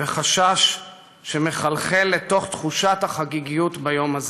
וחשש שמחלחל לתוך תחושת החגיגיות של היום הזה.